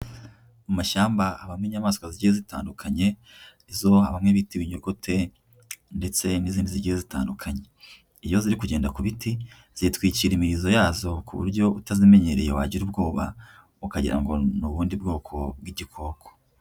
Mu mashyamba habamo inyamaswa zigiye zitandukanye, izo bamwe bita ibinyogote ndetse n'izindi zigiye zitandukanye. Iyo ziri kugenda ku biti, zitwikira imirizo yazo ku buryo utazimenyereye wagira ubwoba ukagira ngo ni ubundi bwoko bw'igikoko.